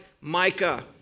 Micah